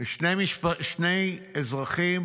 ושני אזרחים